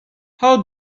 how